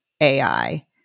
AI